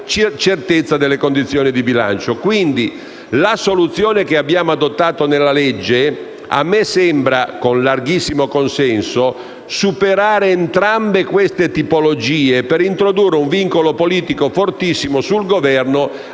regole e delle condizioni di bilancio. La soluzione che abbiamo adottato nella legge a me sembra, con larghissimo consenso, superare entrambe queste tipologie per introdurre un vincolo politico fortissimo sul Governo